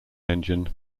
engine